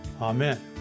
Amen